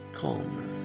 calmer